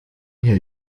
herr